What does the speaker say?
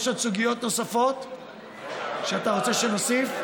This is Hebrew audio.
יש עוד סוגיות נוספות שאתה רוצה שנוסיף?